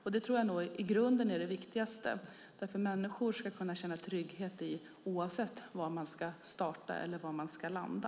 Och det tror jag i grunden är det viktigaste, därför att människor ska kunna känna sig trygga oavsett var man ska starta eller landa.